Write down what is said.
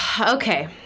Okay